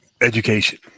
education